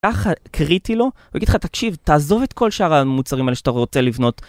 ככה קריטי לו, הוא יגיד לך, תקשיב, תעזוב את כל שאר המוצרים האלה שאתה רוצה לבנות